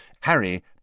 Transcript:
Harry